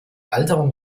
alterung